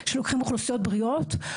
שלוקחים אוכלוסיות בריאות,